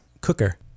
Cooker